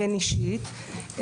בינאישית,